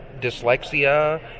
dyslexia